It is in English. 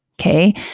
Okay